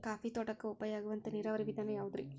Coffee ತೋಟಕ್ಕ ಉಪಾಯ ಆಗುವಂತ ನೇರಾವರಿ ವಿಧಾನ ಯಾವುದ್ರೇ?